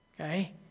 Okay